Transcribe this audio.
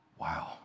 Wow